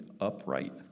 upright